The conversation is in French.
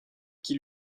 qui